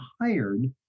hired